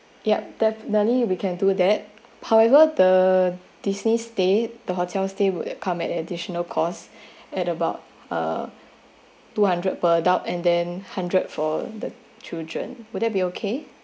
yup definitely we can do that however the Disney state the hotel stay would come at an additional cost at about uh two hundred per adult and then hundred for the children would that be okay